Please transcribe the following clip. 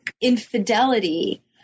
infidelity